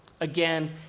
Again